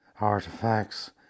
artifacts